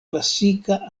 klasika